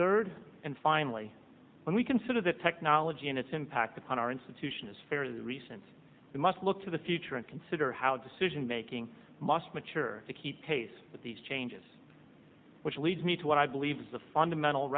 third and finally when we consider the technology and its impact upon our institution is fairly recent we must look to the future and consider how decisionmaking must mature to keep pace with these changes which leads me to what i believe is the fundamental